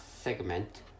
segment